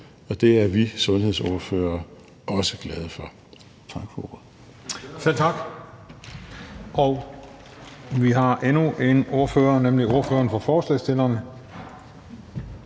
og det er vi sundhedsordførere også glade for.